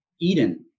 Eden